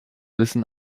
wissen